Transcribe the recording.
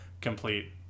complete